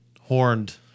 horned